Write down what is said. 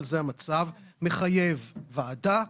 אבל זה המצב מחייב ועדה,